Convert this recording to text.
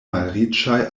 malriĉaj